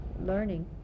learning